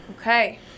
Okay